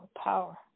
power